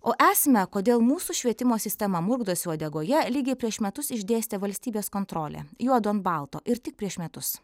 o esmę kodėl mūsų švietimo sistema murkdosi uodegoje lygiai prieš metus išdėstė valstybės kontrolė juodu ant balto ir tik prieš metus